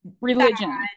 religion